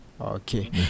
okay